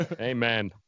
Amen